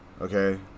okay